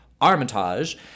armitage